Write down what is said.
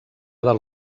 del